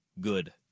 good